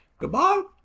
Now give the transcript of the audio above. Goodbye